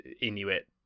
inuit